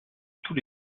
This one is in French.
tous